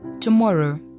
Tomorrow